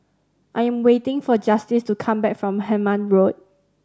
I am waiting for Justice to come back from Hemmant Road